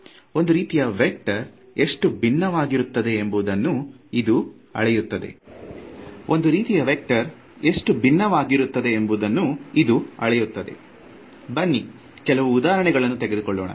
ಒಂದು ರೀತಿಯ ವೆಕ್ಟರ್ ಎಷ್ಟು ಭಿನ್ನವಾಗಿರುತ್ತದೆ ಎಂಬುದನ್ನು ಇದು ಅಳೆಯುತ್ತದೆ ಬನ್ನಿ ಕೆಲವು ಉದಾಹರಣೆಗಳನ್ನು ತೆಗೆದುಕೊಳ್ಳೋಣ